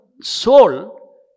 soul